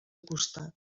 costat